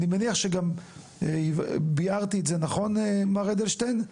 אני מניח שגם ביארתי את זה נכון מר אדלשטיין?